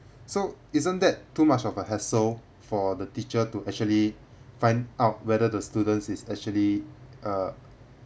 so isn't that too much of a hassle for the teacher to actually find out whether the student is actually uh